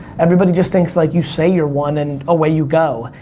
everybody just thinks, like, you say you're one, and away you go,